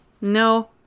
No